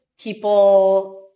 people